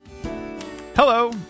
Hello